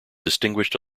distinguished